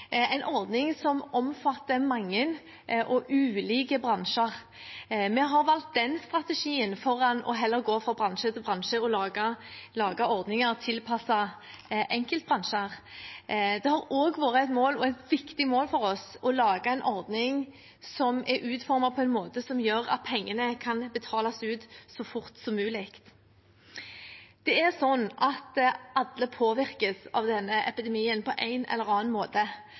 en bred ordning – en ordning som omfatter mange og ulike bransjer. Vi har valgt den strategien foran det å gå fra bransje til bransje og lage ordninger tilpasset enkeltbransjer. Det har også vært et viktig mål for oss å lage en ordning som er utformet på en måte som gjør at pengene kan betales ut så fort som mulig. Alle påvirkes av denne epidemien på en eller annen måte,